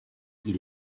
ils